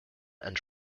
and